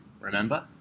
remember